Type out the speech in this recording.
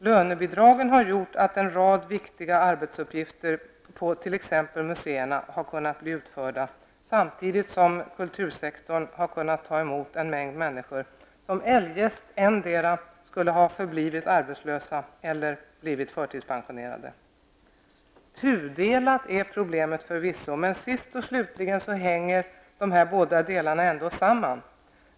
Lönebidragen har gjort att en rad viktiga arbetsuppgifter på t.ex. museerna har kunnat bli utförda, samtidigt som kultursektorn har kunnat ta emot en mängd människor som eljest antingen skulle ha förblivit arbetslösa eller blivit förtidspensionerade. Tudelat är problemet förvisso, men till sist hänger de här båda delarna ändå samman.